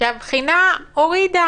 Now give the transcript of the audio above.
כשהבחינה הורידה